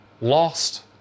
lost